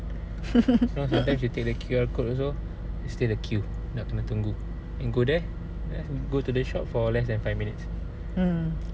hmm